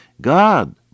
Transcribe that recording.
God